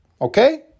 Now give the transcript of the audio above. Okay